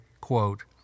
quote